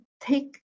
take